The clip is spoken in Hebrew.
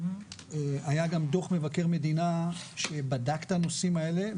היה גם דוח מבקר מדינה שבדק את הנושאים האלה,